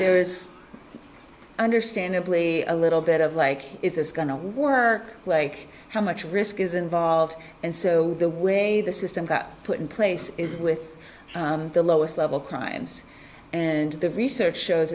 there is understandably a little bit of like is going to work like how much risk is involved and so the way the system got put in place is with the lowest level crimes and the research shows